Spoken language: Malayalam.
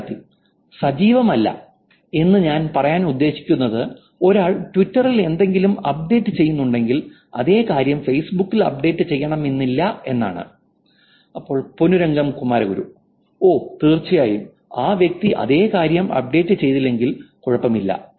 വിദ്യാർത്ഥി സജീവമല്ല എന്ന് ഞാൻ പറയാൻ ഉദ്ദേശിക്കുന്നത് ഒരാൾ ട്വിറ്ററിൽ എന്തെങ്കിലും അപ്ഡേറ്റ് ചെയ്യുന്നുണ്ടെങ്കിൽ അതേ കാര്യം ഫേസ്ബുക്കിൽ അപ്ഡേറ്റ് ചെയ്യണമെന്നില്ല പൊന്നുരംഗം കുമാരഗുരു ഓ തീർച്ചയായും ആ വ്യക്തി അതേ കാര്യം അപ്ഡേറ്റ് ചെയ്തില്ലെങ്കിൽ കുഴപ്പമില്ല